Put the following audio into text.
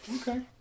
Okay